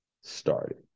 started